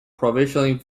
provisioning